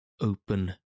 Open